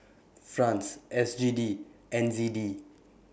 Franc S G D N Z D